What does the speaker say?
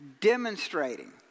demonstrating